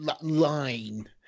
line